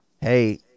Hey